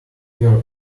your